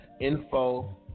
info